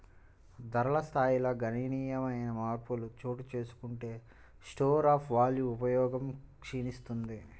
ధరల స్థాయిల్లో గణనీయమైన మార్పులు చోటుచేసుకుంటే స్టోర్ ఆఫ్ వాల్వ్ ఉపయోగం క్షీణిస్తుంది